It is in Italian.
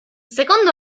secondo